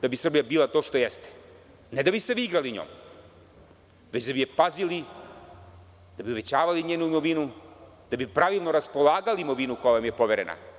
da bi Srbija bila to što jeste, ne da bi se vi igrali njom, već da bi je pazili, da bi uvećavali njenu imovinu, da bi pravilno raspolagali imovinom koja vam je poverena.